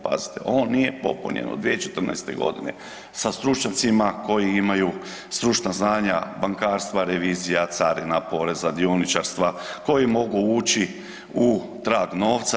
Pazite on nije popunjen od 2014. godine sa stručnjacima koji imaju stručna znanja bankarstva, revizija, carina, poreza, dioničarstva, koji mogu ući u trag novca.